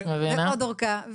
ועוד ארכה.